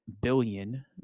billion